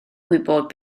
gwybod